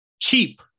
cheap